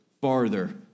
farther